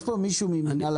יש נציגים ממנהל